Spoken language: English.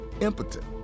impotent